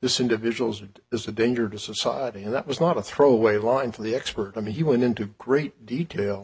this individual's would is a danger to society and that was not a throwaway line for the expert i mean he went into great detail